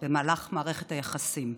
במהלך מערכת היחסים.